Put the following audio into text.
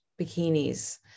bikinis